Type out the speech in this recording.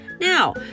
now